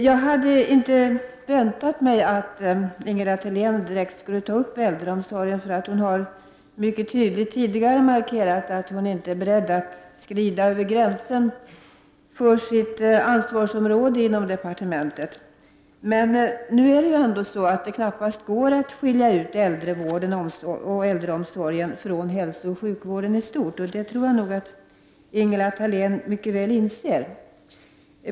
Jag hade inte väntat mig att Ingela Thalén direkt skulle ta upp äldreomsorgen — hon har tidigare mycket tydligt markerat att hon inte är beredd att överskrida gränsen för sitt ansvarsområde inom departementet. Men det går ju knappast att skilja ut äldrevården och äldreomsorgen från hälsooch sjukvården i stort. Det tror jag att Ingela Thalén mycket väl inser.